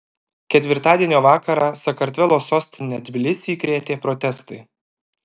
ketvirtadienio vakarą sakartvelo sostinę tbilisį krėtė protestai